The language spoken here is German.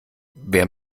wer